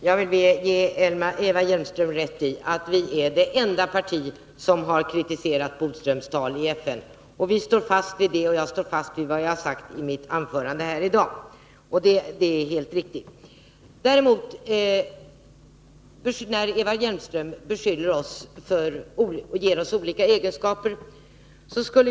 Herr talman! Jag vill ge Eva Hjelmström rätt i att moderata samlingspartiet är det enda parti som har kritiserat Lennart Bodströms tal i FN. Vi står fast vid det, och jag står fast vid vad jag har sagt i mitt anförande här i dag. Det är helt riktigt. Eva Hjelmström beskyller oss för att ha vissa egenskaper.